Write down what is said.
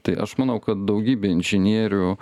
tai aš manau kad daugybė inžinierių